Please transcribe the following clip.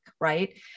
right